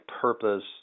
purpose